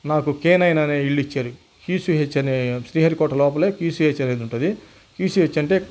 నాకు K nine అనే ఇల్లు ఇచ్చారు క్యూసీహెచ్ అనే శ్రీహరికోట లోపలే క్యూసీహెచ్ అనేది ఉంటాది క్యూసీహెచ్ అంటే